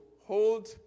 hold